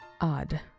odd